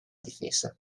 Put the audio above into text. difesa